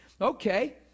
Okay